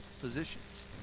positions